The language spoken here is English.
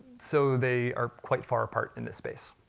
so they are quite far apart in this space.